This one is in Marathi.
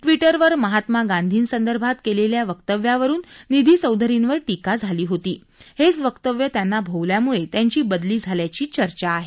ट्विटर वर महात्मा गांधीं संदर्भात केलेल्या वक्तव्यावरून निधी चौधरींवर टीका झाली होती हेचं वक्तव्य त्यांना भोवल्यामुळे त्यांची बदली झाल्याची चर्चा आहे